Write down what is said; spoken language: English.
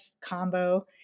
combo